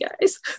guys